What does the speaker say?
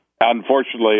unfortunately